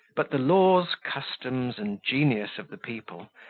but the laws, customs, and genius of the people,